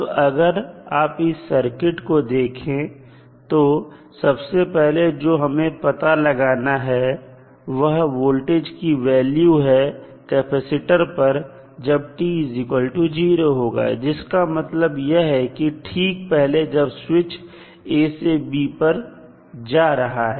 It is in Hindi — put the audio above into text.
अब अगर आप इस सर्किट को देखें तो सबसे पहले जो हमें पता लगाना है वह वोल्टेज की वैल्यू है कैपेसिटर पर जब t0 होगा जिसका मतलब यह है कि ठीक पहले जब स्विच A से B पर जा रहा है